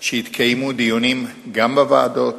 שיתקיימו דיונים גם בוועדות,